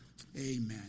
Amen